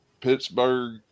Pittsburgh